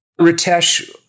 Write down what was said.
Ritesh